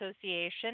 Association